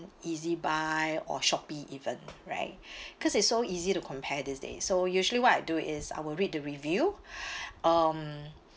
E_Z_buy or Shopee even right cause it's so easy to compare these days so usually what I do is I will read the review um